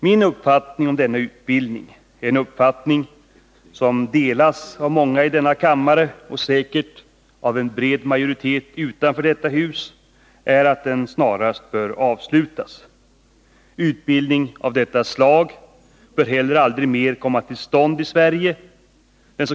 Min uppfattning om denna utbildning — en uppfattning som delas av många i denna kammare och säkert av en bred majoritet utanför detta hus — är att den snarast bör avslutas. Utbildning av detta slag bör heller aldrig mer komma till stånd i Sverige. Den.